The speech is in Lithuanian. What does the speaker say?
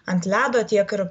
ant ledo tiek ir